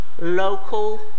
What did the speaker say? local